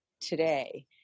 today